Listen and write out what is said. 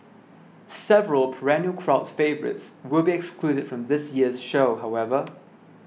several perennial crowd favourites will be excluded from this year's show however